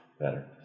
better